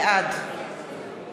בעד